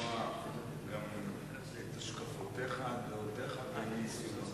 לשמוע גם את השקפותיך, דעותיך וניסיונך